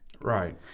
Right